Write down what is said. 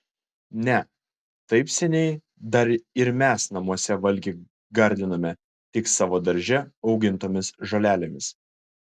ne taip seniai dar ir mes namuose valgį gardinome tik savo darže augintomis žolelėmis